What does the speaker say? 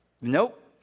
nope